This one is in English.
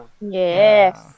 Yes